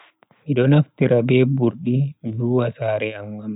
Mido naftira be burdi mi vuwa sare am ngam laaba voda.